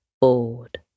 bored